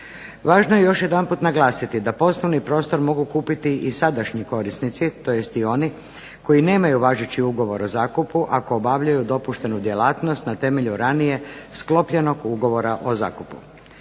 Važno je još jedanput naglasiti da poslovni prostor mogu kupiti i sadašnji korisnici tj. i oni koji nemaju važeći Ugovor o zakupu ako obavljaju dopuštenu djelatnost na temelju ranije sklopljenog Ugovora o zakupu.